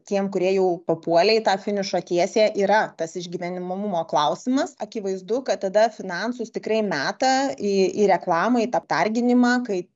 tiem kurie jau papuolę į finišo tiesiąją yra tas išgyvenimomumo klausimas akivaizdu kad tada finansus tikrai meta į į reklamą į tą pergynimą kai